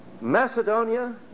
Macedonia